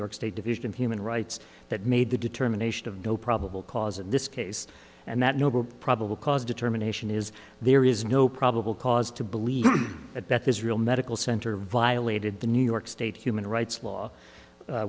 york state division of human rights that made the determination of no probable cause in this case and that number of probable cause determination is there is no probable cause to believe at beth israel medical center violated the new york state human rights law